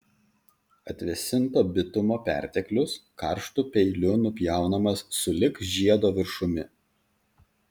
atvėsinto bitumo perteklius karštu peiliu nupjaunamas sulig žiedo viršumi